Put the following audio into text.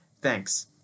Thanks